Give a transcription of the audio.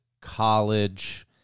college